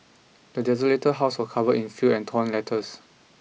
the desolated house were covered in filth and torn letters